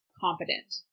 competent